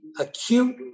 acute